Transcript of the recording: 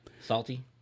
salty